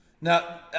Now